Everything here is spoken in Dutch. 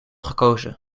gekozen